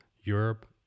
Europe